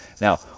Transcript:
Now